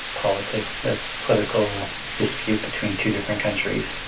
politics a political dispute between two different countries.